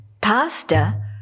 pasta